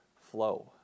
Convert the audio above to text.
flow